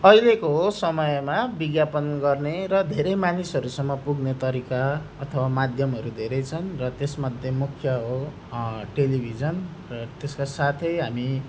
अहिलेको समयमा विज्ञापन गर्ने र धेरै मानिसहरूसम्म पुग्ने तरिका अथवा माध्यमहरू धेरै छन् र त्यस मध्ये मुख्य हो टेलिभिजन र त्यसका साथै हामी